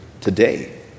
today